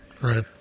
Right